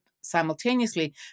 simultaneously